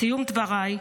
בסיום דבריי,